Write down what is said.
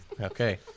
Okay